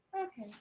okay